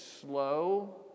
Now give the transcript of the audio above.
slow